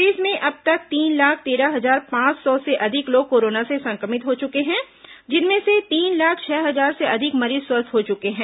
प्रदेश में अब तक तीन लाख तेरह हजार पांच सौ से अधिक लोग कोरोना से संक्रमित हो चुके हैं जिनमें से तीन लाख छह हजार से अधिक मरीज स्वस्थ हो चुके हैं